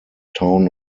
town